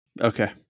Okay